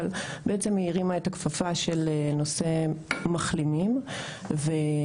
אבל בעצם היא הרימה את הכפפה של נושא המחלימים וביחד